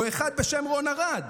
או אחד בשם רון ארד.